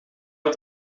het